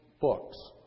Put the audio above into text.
books